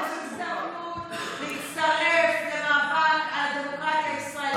אתה מוזמן להצטרף למאבק על הדמוקרטיה הישראלית,